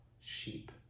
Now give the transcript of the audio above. sheep